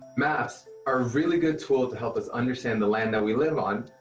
maps, are a really good tool to help us understand the land that we live on,